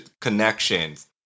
connections